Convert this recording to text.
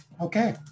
Okay